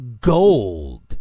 Gold